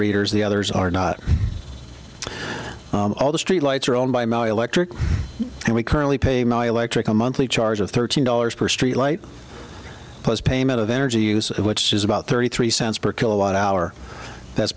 readers the others are not all the street lights are owned by my electric and we currently pay my electric a monthly charge of thirteen dollars per streetlight plus payment of energy use which is about thirty three cents per kilowatt hour that's